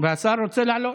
והשר רוצה לעלות.